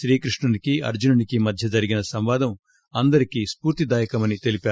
శ్రీ కృష్ణుడికి అర్జునికి మధ్య జరిగిన సంవాదం అందరికి స్పూర్తి దాయకమని తెలిపారు